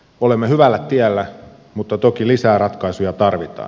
olemme hyvällä tiellä mutta toki lisää ratkaisuja tarvitaan